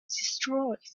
destroyed